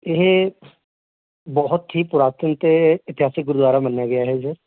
ਇਹ ਬਹੁਤ ਹੀ ਪੁਰਾਤਨ ਅਤੇ ਇਤਿਹਾਸਿਕ ਗੁਰਦੁਆਰਾ ਮੰਨਿਆ ਗਿਆ ਹੈ ਸਰ